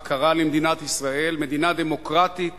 מה קרה למדינת ישראל, מדינה דמוקרטית